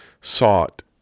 sought